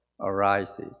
arises